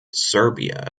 serbia